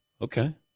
Okay